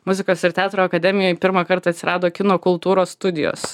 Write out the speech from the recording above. muzikos ir teatro akademijoj pirmą kartą atsirado kino kultūros studijos